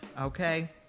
Okay